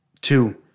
Two